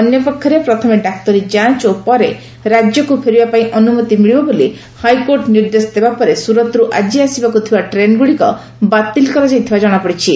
ଅନ୍ୟପକ୍ଷରେ ପ୍ରଥମେ ଡାକ୍ତରୀ ଯାଞ ଓ ପରେ ରାକ୍ୟକୁ ଫେରିବା ପାଇଁ ଅନୁମତି ମିଳିବ ବୋଲି ହାଇକୋର୍ଟ ନିର୍ଦ୍ଦେଶ ଦେବା ପରେ ସୁରତରୁ ଆକି ଆସିବାକୁ ଥିବା ଟ୍ରେନ୍ଗୁଡ଼ିକ ବାତିଲ କରାଯାଇଥିବା ଜଣାପଡ଼ିଛି